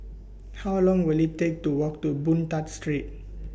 How Long Will IT Take to Walk to Boon Tat Street